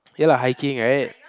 ya lah hiking [right]